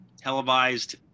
televised